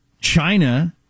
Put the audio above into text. China